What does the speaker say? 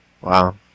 Wow